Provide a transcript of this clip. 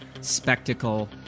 spectacle